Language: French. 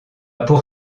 pour